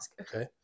Okay